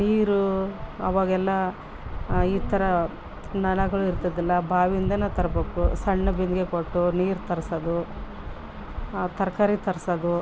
ನೀರು ಅವಾಗೆಲ್ಲ ಈ ಥರ ನಳಗಳು ಇರ್ತಿದ್ದಿಲ್ಲ ಬಾವಿಯಿಂದನೇ ತರ್ಬೇಕು ಸಣ್ಣ ಬಿಂದಿಗೆ ಕೊಟ್ಟು ನೀರು ತರ್ಸೋದು ತರಕಾರಿ ತರ್ಸೋದು